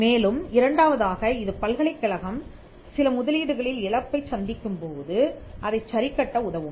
மேலும் இரண்டாவதாக இது பல்கலைக்கழகம் சில முதலீடுகளில் இழப்பைச் சந்திக்கும் போது அதைச் சரிகட்ட உதவும்